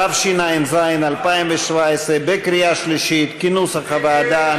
התשע"ז 2017, בקריאה שלישית, כנוסח הוועדה.